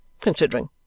considering